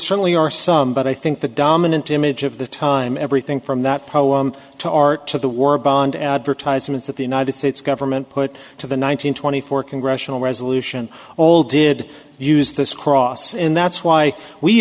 certainly are some but i think the dominant image of the time everything from that poem to art to the bond advertisements that the united states government put to the one nine hundred twenty four congressional resolution all did use this cross and that's why we